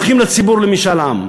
רק אז הולכים לציבור למשאל עם.